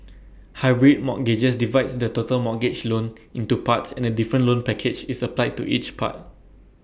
hybrid mortgages divides the total mortgage loan into parts and A different loan package is applied to each part